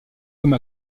comme